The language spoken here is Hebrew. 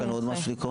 יש עוד מה לקרוא?